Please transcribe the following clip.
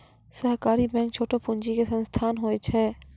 सहकारी बैंक छोटो पूंजी के संस्थान होय छै